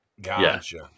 gotcha